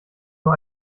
nur